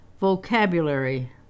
vocabulary